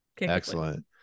Excellent